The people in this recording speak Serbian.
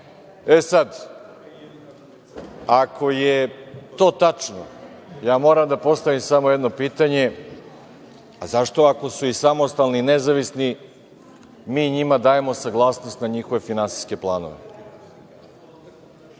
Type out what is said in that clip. ako je to tačno, ja moram da postavim samo jedno pitanje, a zašto ako su i samostalni, nezavisni mi njima dajemo saglasnost na njihove finansijske planove?